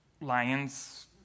lions